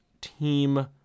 Team